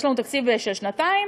יש לנו תקציב של שנתיים,